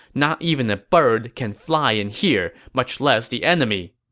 not even a bird can fly in here, much less the enemy!